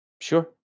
Sure